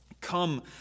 Come